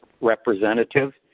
representative